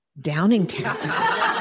Downingtown